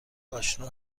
آشنا